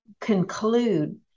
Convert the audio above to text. conclude